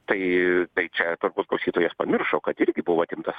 tai čia turbūt klausytojas pamiršo kad irgi buvo atimtas